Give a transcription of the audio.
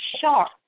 sharp